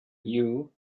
knew